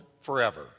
forever